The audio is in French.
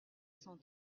cent